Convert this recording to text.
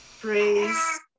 praise